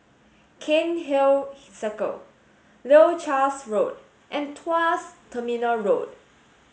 Cairnhill Circle Leuchars Road and Tuas Terminal Road